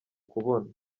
kubona